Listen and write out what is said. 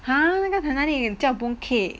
!huh! 那个可能叫 mooncake